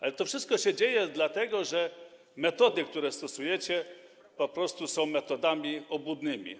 Ale to wszystko się dzieje dlatego, że metody, które stosujecie, po prostu są metodami obłudnymi.